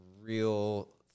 real